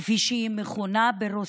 כפי שהיא מכונה ברוסית,